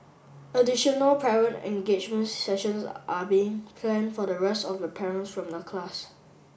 additional parent engagement sessions are being planned for the rest of the parents from the class